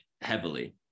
heavily